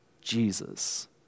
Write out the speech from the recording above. Jesus